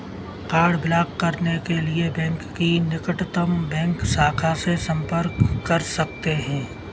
card block करने के लिए बैंक की निकटतम बैंक शाखा से संपर्क कर सकते है